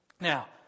Now